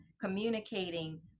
communicating